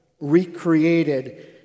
recreated